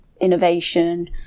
innovation